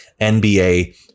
NBA